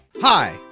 Hi